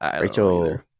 Rachel